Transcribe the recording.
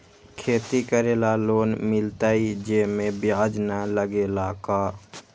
खेती करे ला लोन मिलहई जे में ब्याज न लगेला का?